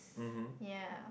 yeah